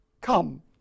come